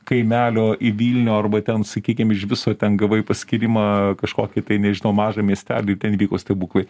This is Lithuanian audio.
kaimelio į vilnių arba ten sakykim iš viso ten gavai paskyrimą kažkokį tai nežinau mažą miestelį ir ten įvyko stebuklai